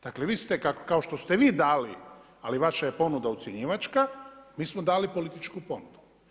Dakle vi ste kao što ste vi dali ali vaša je ponuda ucjenjivačka, mi smo dali političku ponudu.